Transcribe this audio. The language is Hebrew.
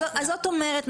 זאת אומרת,